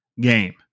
game